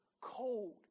cold